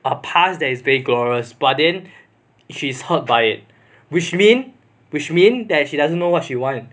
a past there is glorious but then she's hurt by it which mean which mean that she doesn't know what she want